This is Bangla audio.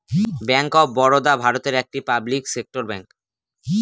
ব্যাঙ্ক অফ বরোদা ভারতের একটি পাবলিক সেক্টর ব্যাঙ্ক